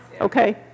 Okay